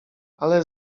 ale